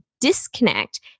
disconnect